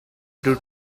due